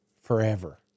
forever